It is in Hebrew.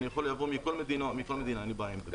אני יכול לייבא מכל מדינה, אין לי בעיה עם זה.